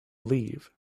leave